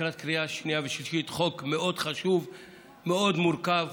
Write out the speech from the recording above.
לקראת קריאה שנייה ושלישית חוק מאוד חשוב ומאוד מורכב,